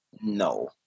no